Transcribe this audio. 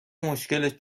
مشکلت